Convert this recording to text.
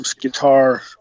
guitar